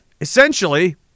Essentially